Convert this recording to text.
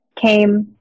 came